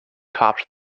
topped